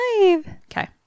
Okay